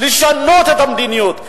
לשנות את המדיניות,